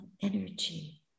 energy